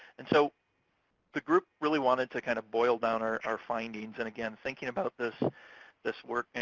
and so the group really wanted to kind of boil down our our findings. and, again, thinking about this this work,